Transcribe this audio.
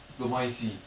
don't mind see